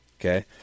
Okay